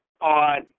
on